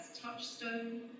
touchstone